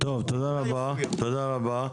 טוב, תודה רבה, תודה רבה.